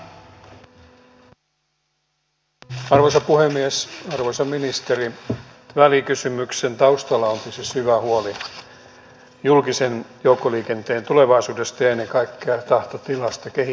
arvoisa ministeri välikysymyksen taustalla onkin se syvä huoli julkisen joukkoliikenteen tulevaisuudesta ja ennen kaikkea tahtotilasta kehittää sitä